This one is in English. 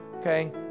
okay